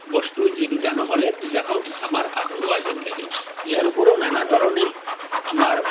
বস্তু যি দুটা নহ'লে পূজাখন আমাৰ আধৰুৱা যেন লাগে ইয়াৰ উপৰিও নানা ধৰণেই আমাৰ